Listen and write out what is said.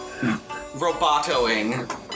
robotoing